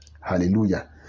Hallelujah